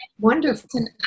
Wonderful